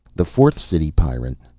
the fourth city pyrran,